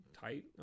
tight